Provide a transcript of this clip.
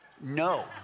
No